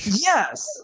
Yes